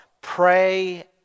pray